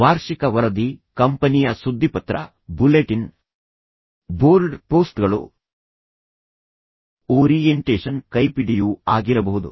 ವಾರ್ಷಿಕ ವರದಿ ಕಂಪನಿಯ ಸುದ್ದಿಪತ್ರ ಬುಲೆಟಿನ್ ಬೋರ್ಡ್ ಪೋಸ್ಟ್ಗಳು ಓರಿಯೆಂಟೇಶನ್ ಕೈಪಿಡಿಯೂ ಆಗಿರಬಹುದು